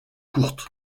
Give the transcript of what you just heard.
courte